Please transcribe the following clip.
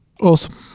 Awesome